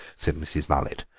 said mrs. mullet,